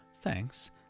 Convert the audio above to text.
thanks